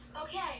Okay